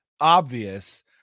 obvious